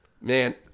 Man